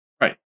Right